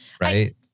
right